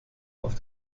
auf